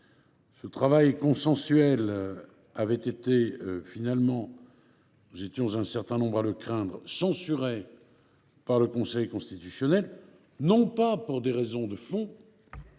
Ce travail consensuel avait finalement été – nous étions un certain nombre à le craindre – censuré par le Conseil constitutionnel, non pas pour des raisons de fond,